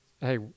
hey